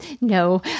no